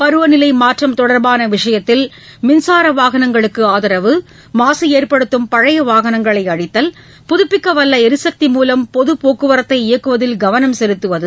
பருவநிலை மாற்றம் தொடர்பான விஷயத்தில் மின்சார வாகனங்களுக்கு ஆதரவு மாசு ஏற்படுத்தும் பழைய வாகனங்களை அழித்தல் புதுப்பிக்கவல்ல எரிசக்தி மூலம் பொது போக்குவரத்தை இயக்குவதில் கவனம் செலுத்துவது